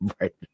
right